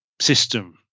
system